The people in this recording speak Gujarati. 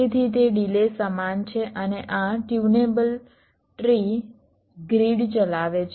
તેથી તે ડિલે સમાન છે અને આ ટ્યુનેબલ ટ્રી ગ્રીડ ચલાવે છે